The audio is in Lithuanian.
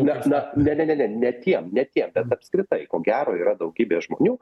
net na ne ne ne ne tiem ne tiem bet apskritai ko gero yra daugybė žmonių